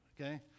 okay